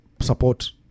support